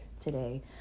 today